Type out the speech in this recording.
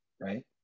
right